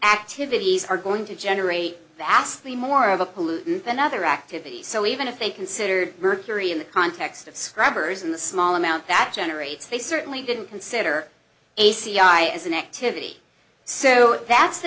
activities are going to generate vastly more of a pollutant than other activities so even if they considered mercury in the context of scrubbers in the small amount that generates they certainly didn't consider a c i as an activity so that's the